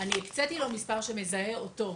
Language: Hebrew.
אני הקצתי לו מספר שמזהה אותו,